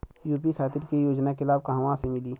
UP खातिर के योजना के लाभ कहवा से मिली?